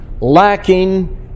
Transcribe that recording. lacking